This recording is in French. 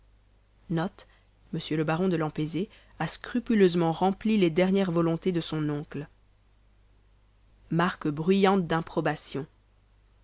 scrupuleusement rempli les dernières volontés de son oncle marques bruyantes d'improbation